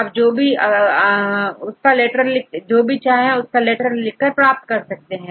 आप जो भी चाहे उसका लेटर लिखकर आप प्राप्त कर सकते हैं